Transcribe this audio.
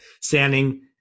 standing